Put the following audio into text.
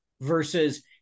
Versus